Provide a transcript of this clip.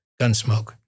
Gunsmoke